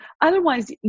Otherwise